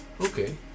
Okay